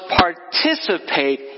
participate